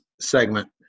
segment